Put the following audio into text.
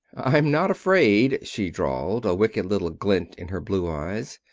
i'm not afraid, she drawled, a wicked little glint in her blue eyes.